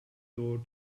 door